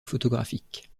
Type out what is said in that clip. photographique